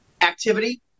activity